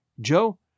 Joe